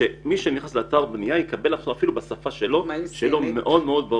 שמי שנכנס לאתר בנייה יקבל הנחיה בשפתו הוא על מנת שיהיה לו ברור.